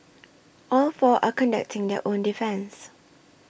all four are conducting their own defence